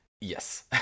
Yes